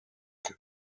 white